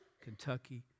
Kentucky